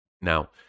Now